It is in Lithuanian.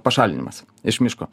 pašalinimas iš miško